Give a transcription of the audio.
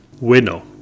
Winnow